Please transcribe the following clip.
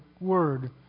word